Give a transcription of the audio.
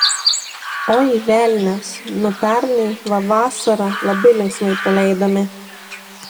oi velnias nu pernai va vasarą labai linksmai praleidome